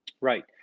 Right